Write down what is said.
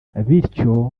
bityo